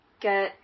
get